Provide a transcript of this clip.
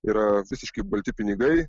yra visiškai balti pinigai